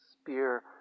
spear